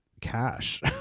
cash